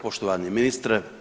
Poštovani ministre.